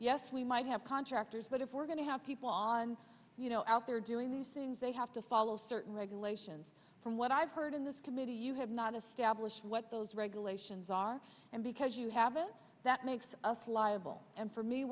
yes we might have contractors but if we're going to have people on out there doing these things they have to follow certain regulations from what i've heard in this committee you have not established what those regulations are and because you have it that makes us liable and for me